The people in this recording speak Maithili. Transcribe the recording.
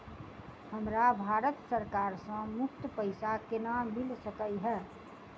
हमरा भारत सरकार सँ मुफ्त पैसा केना मिल सकै है?